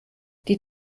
die